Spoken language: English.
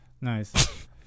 Nice